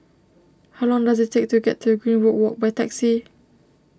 how long does it take to get to Greenwood Walk by taxi